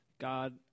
God